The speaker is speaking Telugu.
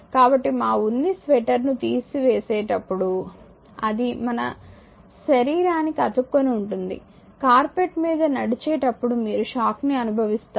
కాబట్టి మా ఉన్ని స్వేటర్ ను తీసివేసేటప్పుడుఅది మన మన శరీరానికి అతుక్కొని ఉంటుంది కార్పెట్ మీద నడిచేటప్పుడు మీరు షాక్ ని అనుభవిస్తారు